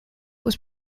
was